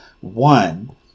One